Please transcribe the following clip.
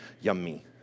yummy